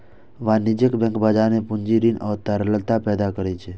वाणिज्यिक बैंक बाजार मे पूंजी, ऋण आ तरलता पैदा करै छै